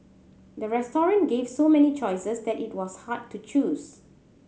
the restaurant gave so many choices that it was hard to choose